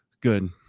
good